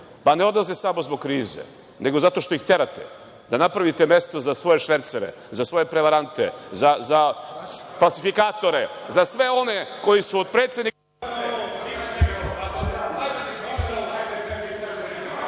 Pa ne odlaze samo zbog krize, nego zato što ih terate da napravite mesto za svoje švercere, za svoje prevarante, za falsifikatore, za sve one koji su od predsednika